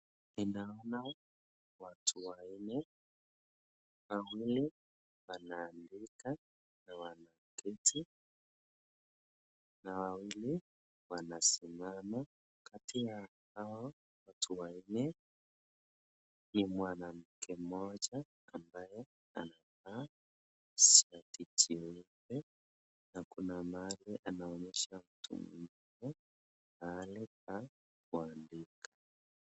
Ninaona watu wanne. Wawili wanaandika na wameketi, na wawili wanasimama. Kati ya hao watu wanne, ni mwanamke mmoja ambaye anavaa shati jeupe na kuna mahali anaonyesha mtu mwingine mahali pa kuandika.